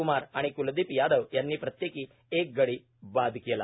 कुमार आणि कुलदीप यादव यांनी प्रत्येकी एक गडी बाद केला